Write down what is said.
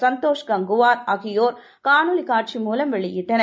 சந்தோஷ் கங்குவார் ஆகியோர் காணொளி காட்சி மூலம் வெளியிட்டனர்